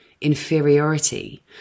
inferiority